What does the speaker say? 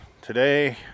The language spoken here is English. Today